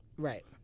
Right